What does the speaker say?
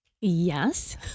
Yes